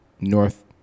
North